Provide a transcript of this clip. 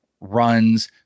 runs